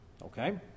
Okay